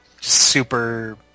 super